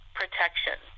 protection